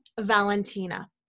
Valentina